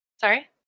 Sorry